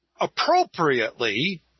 appropriately